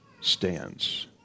stands